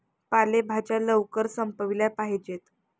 पालेभाज्या लवकर संपविल्या पाहिजेत